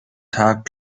tag